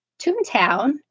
Toontown